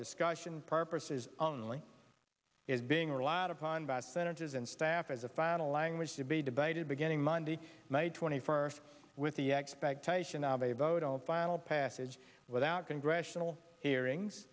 discussion purposes only is being relied upon by senators and staff as a final language to be debated beginning monday may twenty first with the expectation of a vote on final passage without congressional hearings